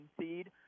seed